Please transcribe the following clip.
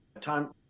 time